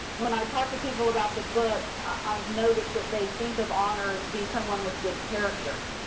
when i talked to people about the book i have noticed that they think of honor to be someone with good character.